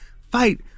fight